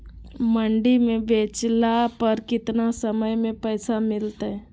मंडी में बेचला पर कितना समय में पैसा मिलतैय?